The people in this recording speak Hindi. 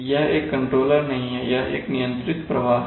यह एक कंट्रोलर नहीं है यह एक नियंत्रित प्रवाह है